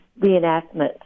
reenactment